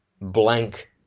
blank